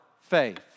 faith